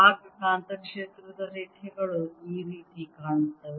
ಆಗ ಕಾಂತಕ್ಷೇತ್ರದ ರೇಖೆಗಳು ಈ ರೀತಿ ಕಾಣುತ್ತವೆ